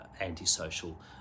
antisocial